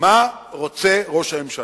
מה רוצה ראש הממשלה.